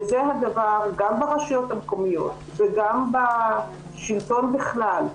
וזה הדבר גם ברשויות המקומיות וגם בשלטון בכלל.